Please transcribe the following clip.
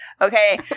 Okay